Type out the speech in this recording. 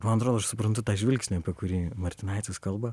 ir man atrodo aš suprantu tą žvilgsnį kurį martinaitis kalba